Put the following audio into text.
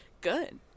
Good